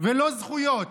ולא זכויות,